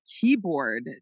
keyboard